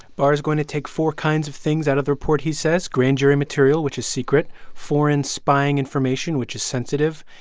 barr is going to take four kinds of things out of the report, he says grand jury material, which is secret, foreign spying information, which is sensitive,